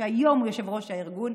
שהיום הוא יושב-ראש הארגון,